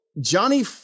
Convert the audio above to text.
Johnny